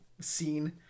scene